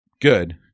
Good